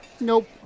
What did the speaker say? Nope